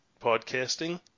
podcasting